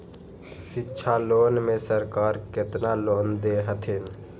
शिक्षा लोन में सरकार केतना लोन दे हथिन?